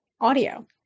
audio